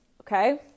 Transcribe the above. Okay